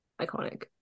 Iconic